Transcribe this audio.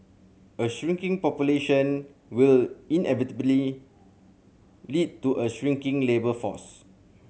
a shrinking population will inevitably lead to a shrinking labour force